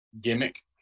Gimmick